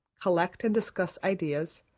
collect and discuss ideas,